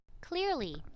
Clearly